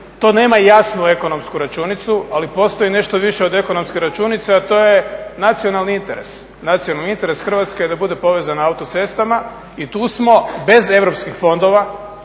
To nema jasnu ekonomsku računicu, ali postoji nešto više od ekonomske računice, a to je nacionalni interes. Nacionalni interes Hrvatske je da bude povezana autocestama i tu smo bez europskih fondova,